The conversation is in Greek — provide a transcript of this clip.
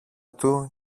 του